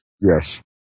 Yes